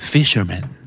Fisherman